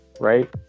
Right